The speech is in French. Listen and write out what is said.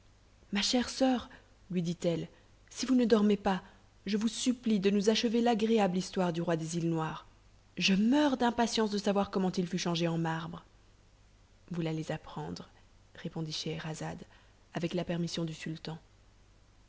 ma chère soeur lui dit-elle si vous ne dormez pas je vous supplie de nous achever l'agréable histoire du roi des îles noires je meurs d'impatience de savoir comment il fut changé en marbre vous l'allez apprendre répondit scheherazade avec la permission du sultan